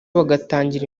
bagatangira